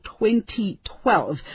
2012